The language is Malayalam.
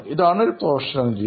ഇതാണ് ഒരു പ്രൊഫഷണൽ വഴി